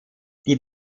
die